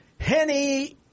Henny –